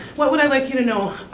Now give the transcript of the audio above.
what would i like you to know.